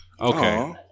okay